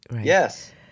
yes